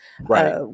Right